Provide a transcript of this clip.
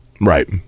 Right